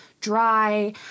dry